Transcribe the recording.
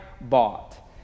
bought